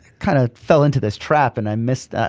kinda fell into this trap and i missed. ah